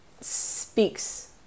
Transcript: speaks